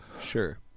sure